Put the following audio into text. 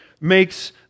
makes